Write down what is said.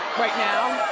right now.